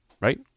right